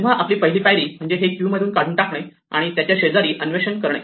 तेव्हा आपली पहिली पायरी म्हणजे हे क्यू मधून काढून टाकने आणि त्याचे शेजारी अन्वेषण करणे